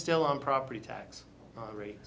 still on property tax rate